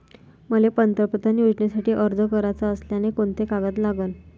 मले पंतप्रधान योजनेसाठी अर्ज कराचा असल्याने कोंते कागद लागन?